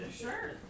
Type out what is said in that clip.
Sure